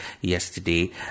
yesterday